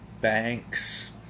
banks